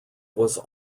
was